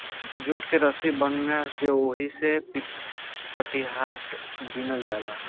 jute के रसी बना के ओहिसे पटिहाट बिनल जाला